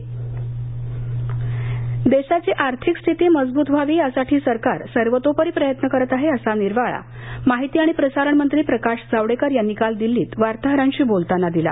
जावडेकर आर्थिक देशाची आर्थिक स्थिती अधिक मजबूत व्हावी यासाठी सरकार सर्वतोपरी प्रयत्न करतं आहे असा निर्वाळा माहिती आणि प्रसारण मंत्री प्रकाश जावडेकर यांनी काल दिल्लीत वार्ताहरांशी बोलताना दिला